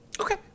okay